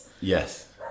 Yes